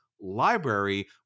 library